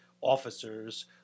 officers